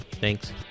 Thanks